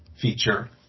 feature